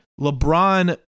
LeBron